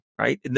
right